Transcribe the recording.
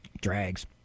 drags